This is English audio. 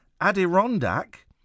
Adirondack